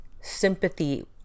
sympathy